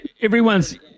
Everyone's